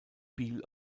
biel